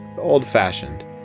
old-fashioned